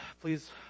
Please